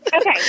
Okay